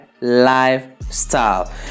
lifestyle